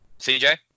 CJ